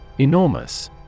Enormous